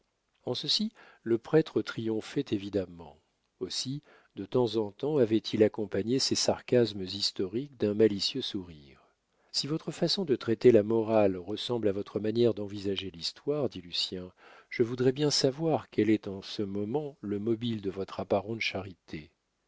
en ceci le prêtre triomphait évidemment aussi de temps en temps avait-il accompagné ses sarcasmes historiques d'un malicieux sourire si votre façon de traiter la morale ressemble à votre manière d'envisager l'histoire dit lucien je voudrais bien savoir quel est en ce moment le mobile de votre apparente charité